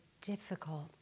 difficult